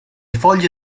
foglie